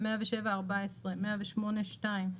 107(14) 108(2),